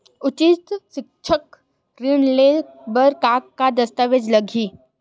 उच्च सिक्छा ऋण ले बर का का दस्तावेज लगही?